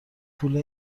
پول